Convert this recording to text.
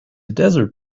desert